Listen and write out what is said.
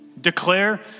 Declare